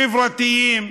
חברתיים,